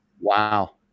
Wow